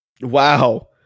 Wow